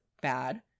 bad